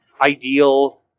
ideal